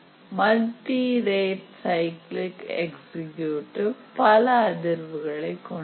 multi ரேட்சைக்கிளிக் executive பல அதிர்வுகளை கொண்டது